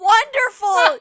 Wonderful